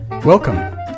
Welcome